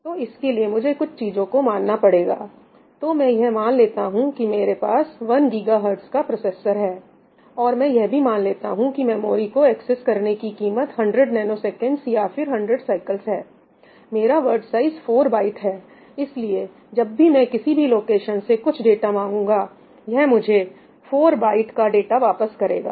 तो इसके लिए मुझे कुछ चीजों को मानना पड़ेगा तो मैं यह मान लेता हूं कि मेरे पास 1 गीगा हर्ट्ज का प्रोसेसर है और मैं यह भी मान लेता हूं की मेमोरी को एक्सेस करने की कीमत 100 नैनोसेकंडस या फिर 100 साइकिल्स है मेरा वर्ड साइज 4 बाइट है इसलिए जब भी मैं किसी भी लोकेशन से कुछ डाटा मांगूंगा यह मुझे 4 बाइट का डाटा वापस करेगा